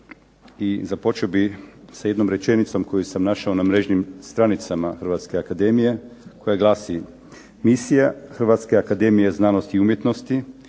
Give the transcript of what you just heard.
započeo bih sa jednom rečenicom koju sam našao na mrežnim stranicama hrvatske akademije koja glasi "Misija Hrvatske akademije znanosti i umjetnosti